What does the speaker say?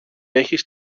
έχεις